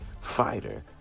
fighter